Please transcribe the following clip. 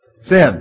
Sin